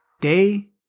Day